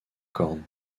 cornes